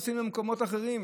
נוסעים למקומות אחרים,